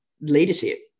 leadership